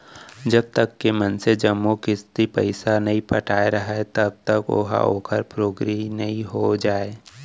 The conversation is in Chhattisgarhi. जब तक के मनसे जम्मो किस्ती पइसा नइ पटाय राहय तब तक ओहा ओखर पोगरी नइ हो जाय